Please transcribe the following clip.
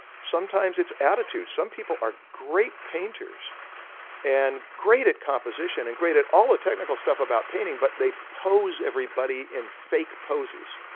sometimes it's attitude, some people are great painters and great at composition and great at all the technical stuff about painting but they pose everybody in fake poses.